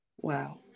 Wow